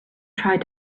tried